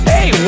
Hey